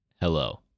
hello